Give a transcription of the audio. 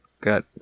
got